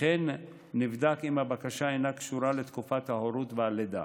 וכן נבדק אם הבקשה אינה קשורה לתקופת ההורות והלידה.